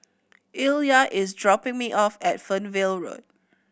Illya is dropping me off at Fernvale Road